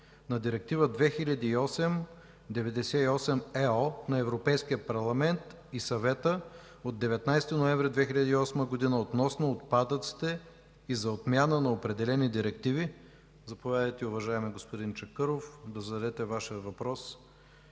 на Директива 2008/98/ЕО на Европейския парламент и Съвета от 19 ноември 2008 г. относно отпадъците и за отмяна на определени директиви. Заповядайте, уважаеми господин Чакъров, да зададете Вашия въпрос